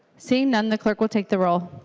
seeing none the clerk will take the roll.